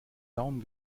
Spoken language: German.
daumen